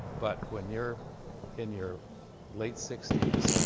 but when you're in your late sixty s,